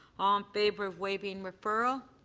um favor of waiving referral.